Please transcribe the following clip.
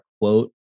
quote